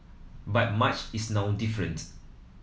but much is now different